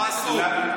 לך אסור.